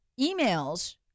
emails